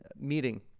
meeting